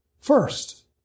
first